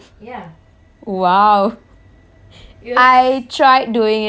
!wow! I tried doing it also